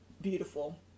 beautiful